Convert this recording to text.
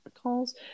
calls